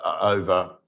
over